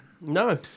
No